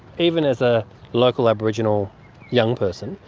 even as a local aboriginal young person,